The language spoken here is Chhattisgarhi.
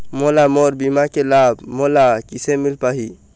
मोला मोर बीमा के लाभ मोला किसे मिल पाही?